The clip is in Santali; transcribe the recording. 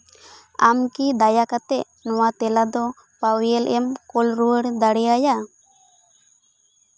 ᱟᱢ ᱠᱤ ᱫᱟᱭᱟ ᱠᱟᱛᱮ ᱱᱚᱣᱟ ᱛᱮᱞᱟ ᱫᱚ ᱯᱟᱭᱮᱞ ᱮᱢ ᱠᱳᱞ ᱨᱩᱣᱟᱹᱲ ᱫᱟᱲᱮ ᱟᱭᱟ